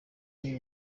ari